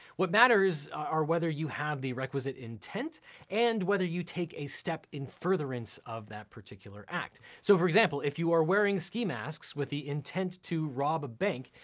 what matters are whether you have the requisite intent and whether you take a step in furtherance of that particular act. so for example, if you are wearing ski masks with the intent to rob a bank,